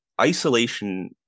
isolation